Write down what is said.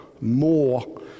more